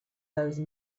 those